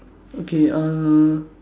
okay uh